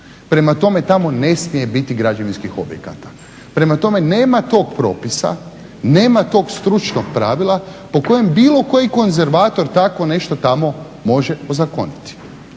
prema tome tamo ne smije biti građevinskih objekta, prema tome nema tog propisa nema tog stručnog pravila po kojem bilo koji konzervator tako nešto tamo može ozakoniti.